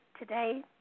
today